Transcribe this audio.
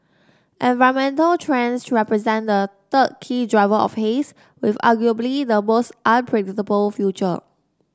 environmental trends represent the third key driver of haze with arguably the most unpredictable future